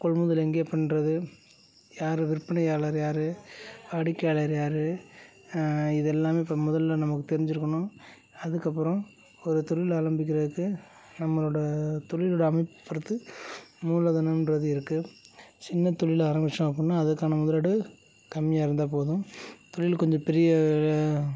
கொள்முதல் எங்கே பண்ணுறது யாரு விற்பனையாளர் யார் வாடிக்கையாளர் யார் இது எல்லாமே இப்போ முதலில் நமக்குத் தெரிஞ்சுருக்கணும் அதுக்கப்புறம் ஒரு தொழில் ஆரம்பிக்கிறதுக்கு நம்மளோடய தொழிலோடு அமைப்பைப் பொறுத்து மூலதனன்றது இருக்குது சின்னத் தொழில் ஆரமித்தோம் அப்படினா அதுக்கான முதலீடு கம்மியாக இருந்தால் போதும் தொழில் கொஞ்சம் பெரிய